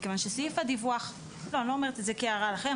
אני לא אומרת את זה כהערה לכם,